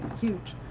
huge